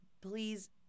please